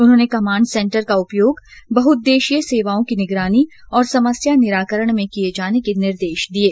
उन्होंने command centre का उपयोग बहुउद्देशीय सेवाओं की निगरानी और समस्या निराकरण में किये जाने के निर्देश भी दिये